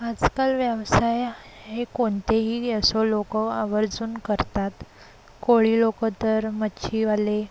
आजकाल व्यवसाय हे कोणतेही असो लोकं आवर्जून करतात कोळी लोकं तर मच्छीवाले